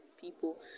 people